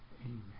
Amen